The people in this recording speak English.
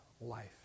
life